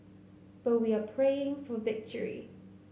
but we are praying for victory